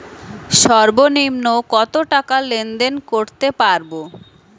সর্বনিম্ন কত টাকা লেনদেন করতে পারবো?